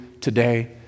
today